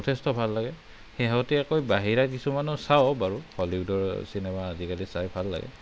যথেষ্ট ভাল লাগে শেহতীয়াকৈ বাহিৰা বিছুমানো চাওঁ বাৰু হলিউদৰ চিনেমা আজিকালি চাই ভাল লাগে